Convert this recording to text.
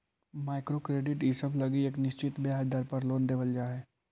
micro credit इसब लगी एक निश्चित ब्याज दर पर लोन देवल जा हई